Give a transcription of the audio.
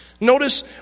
Notice